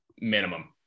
minimum